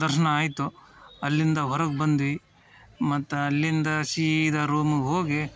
ದರ್ಶನ ಆಯಿತು ಅಲ್ಲಿಂದ ಹೊರಗೆ ಬಂದ್ವಿ ಮತ್ತು ಅಲ್ಲಿಂದ ಸೀದಾ ರೂಮಿಗ್ ಹೋಗಿ